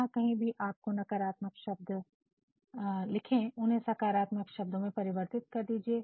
जहां कहीं भी आपको नकारात्मक शब्द लिखें उन्हें सकारात्मक शब्दों में परिवर्तित कर दीजिए